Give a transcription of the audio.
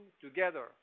together